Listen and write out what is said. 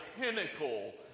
pinnacle